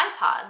ipod